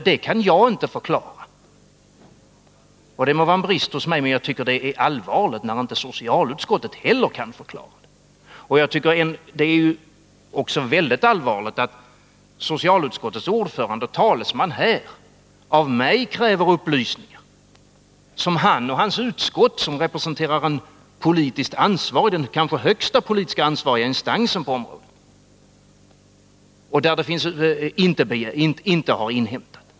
Detta kan jag inte förklara — och det må vara en brist hos mig — men jag tycker det är allvarligt när inte heller socialutskottet kan förklara det. Det är också synnerligen allvarligt att socialutskottets ordförande och talesman Nr 22 av mig kräver upplysningar som han och hans utskott — som representerar en politiskt ansvarig instans, den kanske högsta ansvariga instansen på området —-inte har inhämtat.